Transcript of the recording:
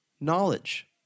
knowledge